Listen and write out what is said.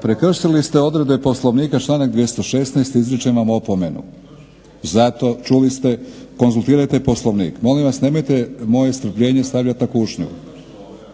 prekršili ste odredbe Poslovnika članak 216. Izričem vam opomenu. … /Upadica se ne razumije./… Zato, čuli ste. Konzultirajte Poslovnik. Molim vas nemojte moje strpljenje stavljati na kušnju.